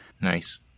Nice